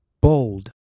Bold